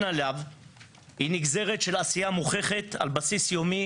עליו היא נגזרת של עשייה מוכחת על בסיס יומי,